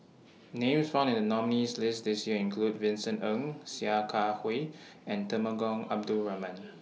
Names found in The nominees' list This Year include Vincent Ng Sia Kah Hui and Temenggong Abdul Rahman